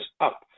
up